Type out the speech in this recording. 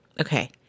okay